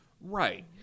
Right